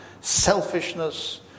selfishness